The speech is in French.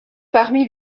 parmi